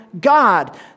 God